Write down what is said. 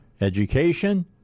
Education